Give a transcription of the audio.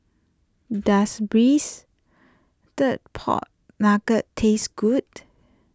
does Braised Pork Knuckle taste good